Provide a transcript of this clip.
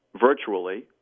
virtually